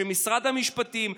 משרד המשפטים,